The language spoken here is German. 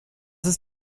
ist